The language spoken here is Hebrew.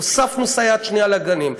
הוספנו סייעת שנייה לגנים,